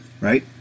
right